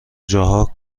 جاها